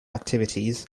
activities